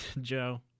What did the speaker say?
Joe